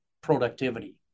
productivity